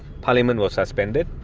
parliament was suspended,